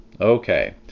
Okay